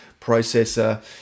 processor